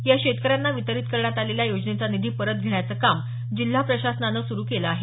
या शेतकऱ्यांना वितरित करण्यात आलेला योजनेचा निधी परत घेण्याचं काम जिल्हा प्रशासनानं सुरू केलं आहे